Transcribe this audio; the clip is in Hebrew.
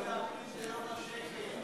1 באפריל זה יום השקר.